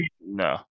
No